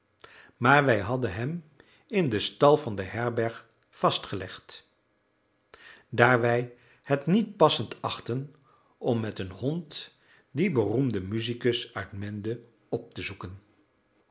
maar wij hadden hem in den stal van de herberg vastgelegd daar wij het niet passend achtten om met een hond dien beroemden musicus uit mende op te zoeken